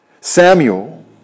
Samuel